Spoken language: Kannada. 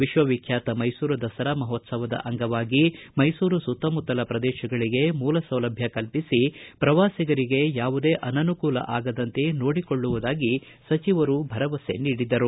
ವಿಶ್ವ ವಿಖ್ಯಾತ ಮೈಸೂರು ದಸರಾ ಮಹೋತ್ಸವದ ಅಂಗವಾಗಿ ಮೈಸೂರು ಸುತ್ತಮುತ್ತಲ ಪ್ರದೇಶಗಳಿಗೆ ಮೂಲಸೌಲಭ್ಯ ಕಲ್ಪಿಸಿ ಪ್ರವಾಸಿಗರಿಗೆ ಯಾವುದೇ ಅನನುಕೂಲ ಆಗದಂತೆ ನೋಡಿಕೊಳ್ಳುವುದಾಗಿ ಸಚವರು ಭರವಸೆ ನೀಡಿದರು